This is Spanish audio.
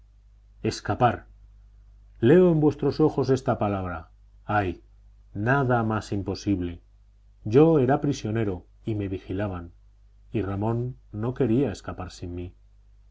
escapar leo en vuestros ojos esta palabra ay nada más imposible yo era prisionero y me vigilaban y ramón no quería escapar sin mí